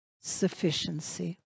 sufficiency